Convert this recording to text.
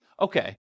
okay